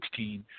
2016